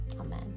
Amen